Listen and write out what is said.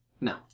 No